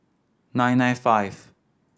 nine nine five